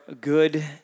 good